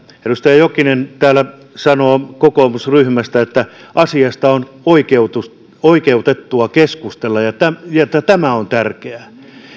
edustaja jokinen täällä sanoo kokoomusryhmästä että asiasta on oikeutettua keskustella ja että ja että tämä on tärkeää